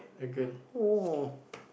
I can